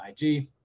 IG